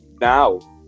now